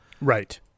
Right